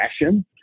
fashion